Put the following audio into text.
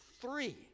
three